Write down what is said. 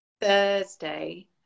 Thursday